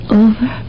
over